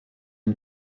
une